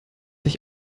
ich